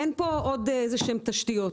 אין כאן עוד איזה שהן תשתיות.